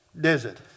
desert